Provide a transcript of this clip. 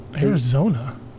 Arizona